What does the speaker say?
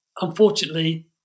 unfortunately